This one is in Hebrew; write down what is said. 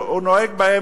הוא מסיע אותם,